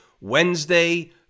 Wednesday